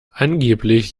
angeblich